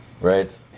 Right